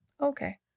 Okay